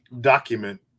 document